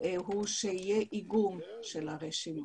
הוא שיהיה איגום של הרשימות,